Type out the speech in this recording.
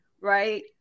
right